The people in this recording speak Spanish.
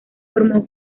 formó